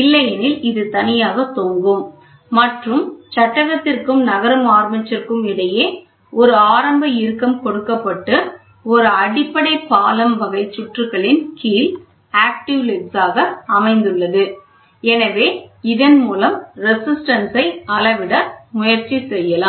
இல்லையெனில் இது தனியாக தொங்கும் மற்றும் சட்டகத்திற்கும் நகரும் ஆர்மேச்சருக்கும் இடையே ஒரு ஆரம்ப இறுக்கம் கொடுக்கப்பட்டு ஒரு அடிப்படை பாலம் வகை சுற்றுகளின் கீழ் active legs ஆக அமைந்துள்ளது எனவே இதன் மூலம் ரேசிஸ்டன்ஸ் ஐ அளவிட முயற்சி செய்யலாம்